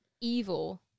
evil